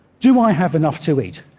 do i have enough to eat?